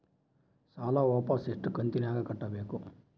ಸಾಲ ವಾಪಸ್ ಎಷ್ಟು ಕಂತಿನ್ಯಾಗ ಕಟ್ಟಬೇಕು?